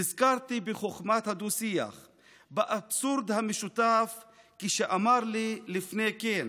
/ נזכרתי בחוכמת הדו-שיח / באבסורד המשותף / כשאמר לי לפני כן: